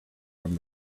from